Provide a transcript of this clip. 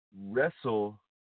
wrestle